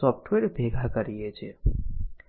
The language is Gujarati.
સોફ્ટવેર ભેગા કરીએ છીએ 1011